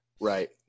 Right